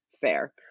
fair